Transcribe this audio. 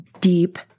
deep